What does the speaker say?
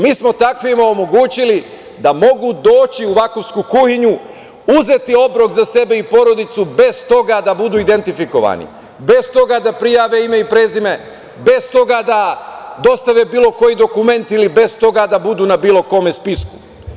Mi smo takvima omogućili da mogu da mogu doći u „Vakufsku kuhinju“, uzeti obrok za sebe i porodicu bez toga da budu identifikovani, bez toga da prijave ime i prezime, bez toga da dostave bilo koji dokument ili bez toga da budu na bilo kom spisku.